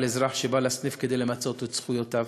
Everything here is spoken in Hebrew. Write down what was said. אזרח שבא לסניף כדי למצות את זכויותיו.